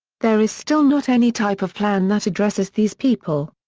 there is still not any type of plan that addresses these people.